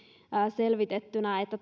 selvitettynä että